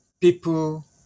people